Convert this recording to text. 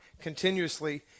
continuously